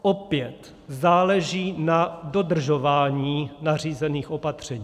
Opět záleží na dodržování nařízených opatření.